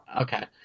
Okay